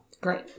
Great